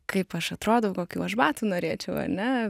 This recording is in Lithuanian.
kaip aš atrodau kokių aš batų norėčiau ane